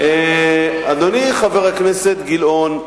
מנהלת, אדוני, חבר הכנסת גילאון,